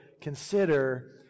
consider